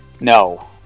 No